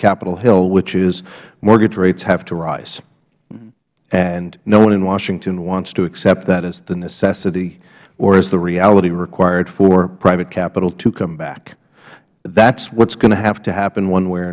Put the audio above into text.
capitol hill which is mortgage rates have to rise and no one in washington wants to accept that as the necessity or as the reality required for private capital to come back that is what is going to have to happen one way or